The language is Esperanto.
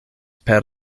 per